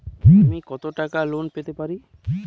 আমি কত টাকা লোন পেতে পারি?